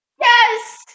yes